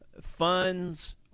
funds